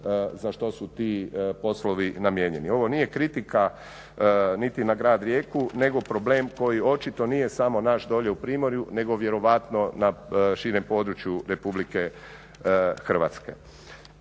za što su ti poslovi namijenjeni. Ovo nije kritika niti na grad Rijeku nego problem koji očito nije samo naš dolje u primorju nego vjerojatno na širem području RH.